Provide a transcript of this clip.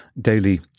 daily